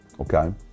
okay